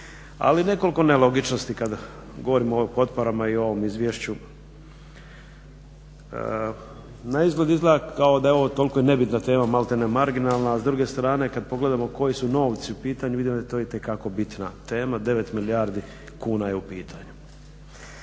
Ali nekoliko nelogičnosti kada govorimo o potporama i ovom izvješću. Naizgled izgleda kao da je ovo toliko nebitna tema, malte ne marginalna, a s druge strane ka pogledamo koji su novci u pitanju vidimo da je to itekako bitna tema, 9 milijardi kuna je u pitanju.